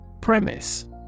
Premise